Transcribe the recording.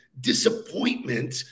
Disappointment